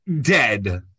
dead